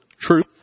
truth